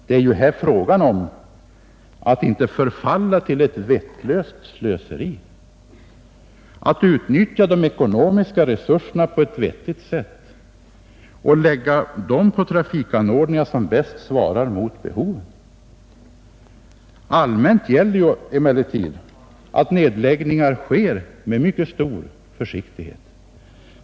Det är ju här fråga om att inte förfalla till ett vettlöst slöseri, att utnyttja de ekonomiska resurserna på ett vettigt sätt och att lägga dem på trafikanordningar som bäst svarar mot behovet. Allmänt gäller emellertid att nedläggningar sker med mycket stor försiktighet.